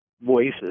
voices